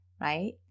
right